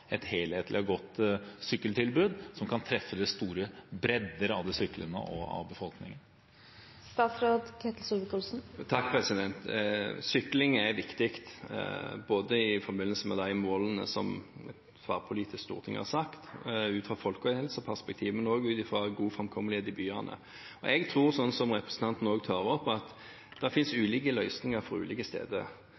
et helhetlig og godt sykkeltilbud som kan treffe den store bredden av syklende og av befolkningen? Sykling er viktig, både i forbindelse med de målene som et tverrpolitisk storting har satt ut fra et folkehelseperspektiv, og også ut fra god framkommelighet i byene. Jeg tror, slik representanten også tar opp, at